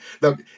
look